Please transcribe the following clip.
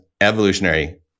evolutionary